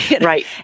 right